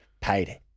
paid